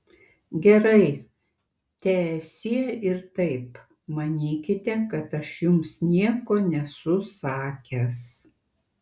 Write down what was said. gerai teesie ir taip manykite kad aš jums nieko nesu sakęs